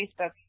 Facebook